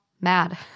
mad